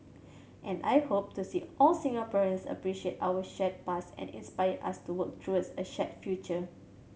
and I hope to see all Singaporeans appreciate our shared past and inspire us to work towards a shared future